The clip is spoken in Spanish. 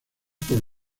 por